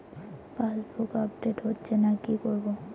Passbook update হচ্ছেনা কি করবো?